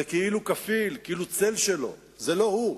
זה כאילו כפיל, כאילו צל שלו, זה לא הוא.